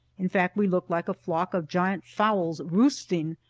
in fact, we looked like a flock of giant fowls roosting,